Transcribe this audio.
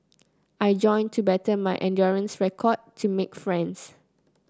I joined to better my endurance record to make friends